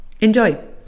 Enjoy